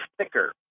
thicker